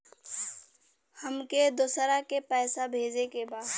हमके दोसरा के पैसा भेजे के बा?